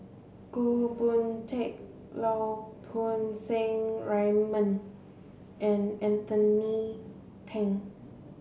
Goh Boon Teck Lau Poo Seng Raymond and Anthony Then